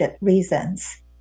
reasons